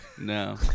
No